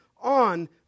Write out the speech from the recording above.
on